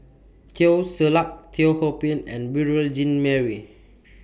Teo Ser Luck Teo Ho Pin and Beurel Jean Marie